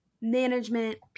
management